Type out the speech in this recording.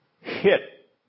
hit